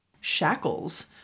shackles